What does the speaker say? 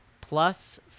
plus